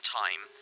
time